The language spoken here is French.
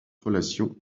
relation